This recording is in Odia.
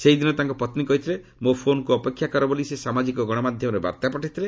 ସେହିଦିନ ତାଙ୍କ ପତ୍ନୀ କହିଥିଲେ ମୋ ଫୋନକୁ ଅପେକ୍ଷା କର ବୋଲି ସେ ସାମାଜିକ ଗଣମାଧ୍ୟମରେ ବାର୍ତ୍ତା ପଠାଇଥିଲେ